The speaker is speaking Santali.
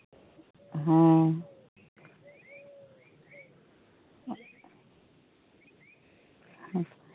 ᱦᱮᱸ